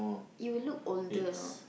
you look older you know